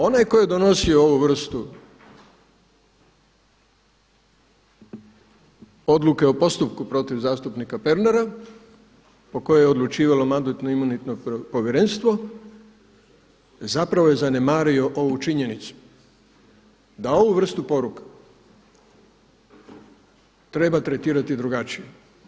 Onaj koji je donosio ovu vrstu odluke o postupku protiv zastupnika Pernara, po kojoj je odlučivalo Mandatno-imunitetno povjerenstvo zapravo je zanemario ovu činjenicu da ovu vrstu poruka treba tretirati drugačije.